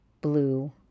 blue